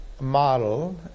model